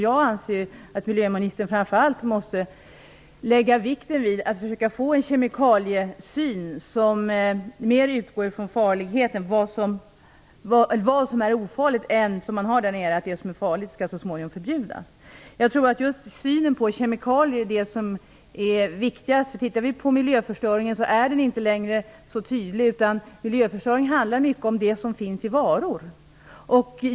Jag anser att miljöministern framför allt måste lägga vikt vid att försöka få till stånd en syn på kemikalier där man mer utgår från vad som är ofarligt än, som är fallet där nere, att det som är farligt så småningom skall förbjudas. Jag tror att just synen på kemikalier är det som är viktigast. Miljöförstöringen är inte längre så tydlig, utan det handlar mycket om det som finns i varor.